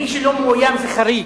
מי שלא מאוים, זה חריג.